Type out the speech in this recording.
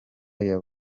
y’u